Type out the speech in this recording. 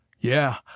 Yeah